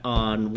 on